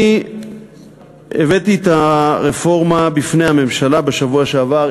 אני הבאתי את הרפורמה בפני הממשלה בשבוע שעבר,